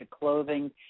clothing